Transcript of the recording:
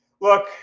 look